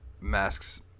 masks